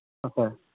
sir